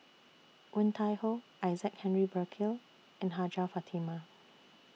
Woon Tai Ho Isaac Henry Burkill and Hajjah Fatimah